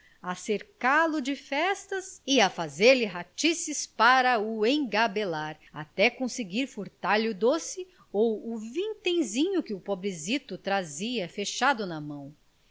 cercá lo de festas e a fazer-lhe ratices para o engabelar até conseguir furtar lhe o doce ou o vintenzinho que o pobrezito trazia fechado na mão